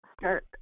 start